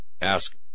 Ask